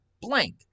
blank